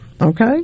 Okay